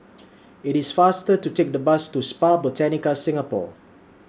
IT IS faster to Take The Bus to Spa Botanica Singapore